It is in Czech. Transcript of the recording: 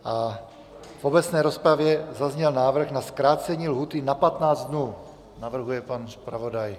V obecné rozpravě zazněl návrh na zkrácení lhůty na 15 dnů, navrhuje pan zpravodaj.